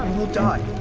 we'll die.